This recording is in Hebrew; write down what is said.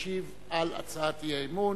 ישיב על הצעת האי-אמון.